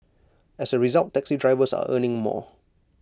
as A result taxi drivers are earning more